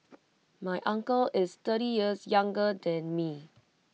my uncle is thirty years younger than me